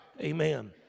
Amen